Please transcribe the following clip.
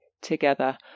together